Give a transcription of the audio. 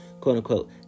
quote-unquote